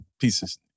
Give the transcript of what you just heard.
pieces